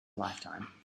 lifetime